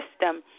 system